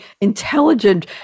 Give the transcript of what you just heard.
intelligent